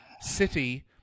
City